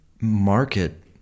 market